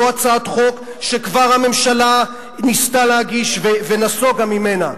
זו הצעת חוק שכבר הממשלה ניסתה להגיש ונסוגה ממנה.